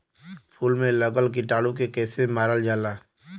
फूल में लगल कीटाणु के कैसे मारल जाला?